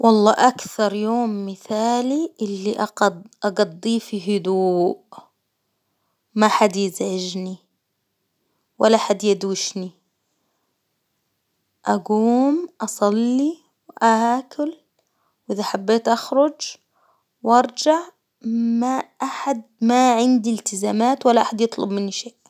والله أكثر يوم مثالي اللي أقض-أقضيه في هدوء، ما حد يزعجني، ولا حد يدوشني، أقوم اصلي آكل، وإذا حبيت أخرج وأرجع ما أحد ما عندي التزامات ولا أحد يطلب مني شيء.